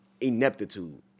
ineptitude